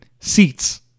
seats